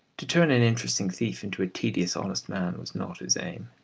to turn an interesting thief into a tedious honest man was not his aim.